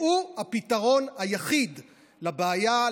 שהוא הפתרון היחיד לבעיה,